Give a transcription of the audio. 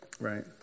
Right